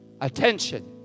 Attention